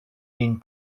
une